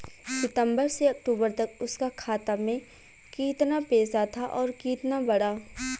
सितंबर से अक्टूबर तक उसका खाता में कीतना पेसा था और कीतना बड़ा?